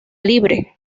libre